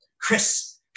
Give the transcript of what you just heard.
Chris